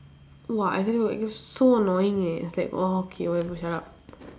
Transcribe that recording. !wah! I tell you it's so annoying eh it's like orh okay whatever shut up